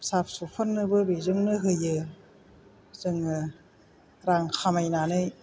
फिसा फिसौफोरनोबो बेजोंनो होयो जोङो रां खामायनानै